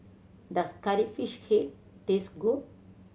does Curry Fish Head taste good